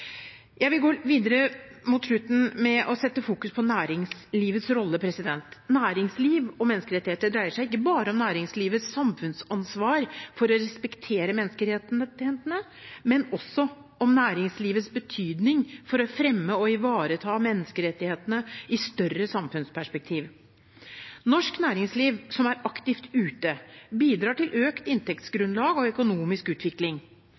Jeg vil mot slutten gå videre med å fokusere på næringslivets rolle. Næringsliv og menneskerettigheter dreier seg ikke bare om næringslivets samfunnsansvar for å respektere menneskerettighetene, men også om næringslivets betydning for å fremme og ivareta menneskerettighetene i et større samfunnsperspektiv. Norsk næringsliv som er aktivt ute, bidrar til økt inntektsgrunnlag og økonomisk utvikling.